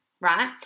right